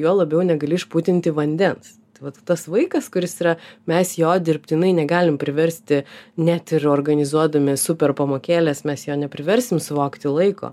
juo labiau negali išputinti vandens vat tas vaikas kuris yra mes jo dirbtinai negalim priversti net ir organizuodami super pamokėles mes jo nepriversim suvokti laiko